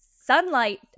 sunlight